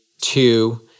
two